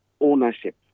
ownership